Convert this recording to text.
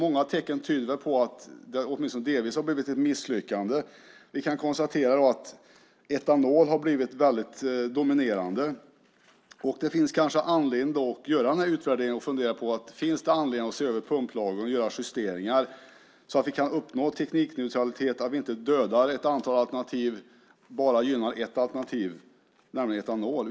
Många tecken tyder på att den åtminstone delvis har blivit ett misslyckande. Vi kan konstatera att etanol har blivit väldigt dominerande. Då finns det kanske anledning att göra en utvärdering och fundera på om det finns anledning att se över pumplagen och göra justeringar så att vi kan uppnå teknikneutralitet och så att vi inte dödar ett antal alternativ och bara gynnar ett alternativ, nämligen etanol.